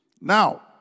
Now